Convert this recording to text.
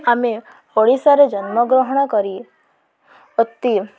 ଆମେ ଓଡ଼ିଶାରେ ଜନ୍ମଗ୍ରହଣ କରି ଅତି